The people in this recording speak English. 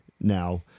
now